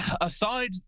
aside